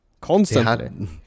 constantly